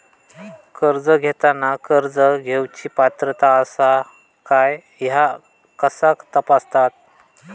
कर्ज घेताना कर्ज घेवची पात्रता आसा काय ह्या कसा तपासतात?